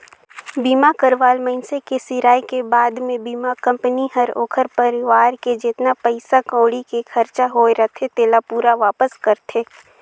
बीमा करवाल मइनसे के सिराय के बाद मे बीमा कंपनी हर ओखर परवार के जेतना पइसा कउड़ी के खरचा होये रथे तेला पूरा वापस करथे